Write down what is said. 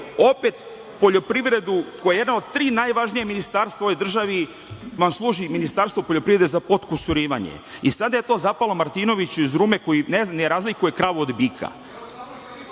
Poljoprivreda je jedna od tri najvažnija ministarstva u ovoj državi, a vama Ministarstvo poljoprivrede služi za potkusurivanje i sada je to za zapalo Martinoviću iz Rume koji ne razlikuje kravu od bika.